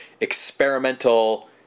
experimental